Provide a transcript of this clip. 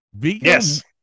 Yes